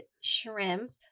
shrimp